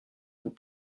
vous